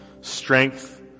strength